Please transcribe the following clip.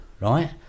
right